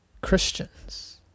Christians